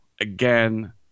again